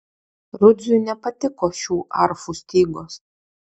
rudziui nepatiko šių arfų stygos